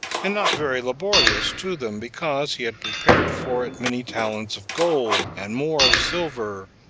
and not very laborious to them, because he had prepared for it many talents of gold, and more of silver,